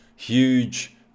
Huge